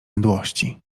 mdłości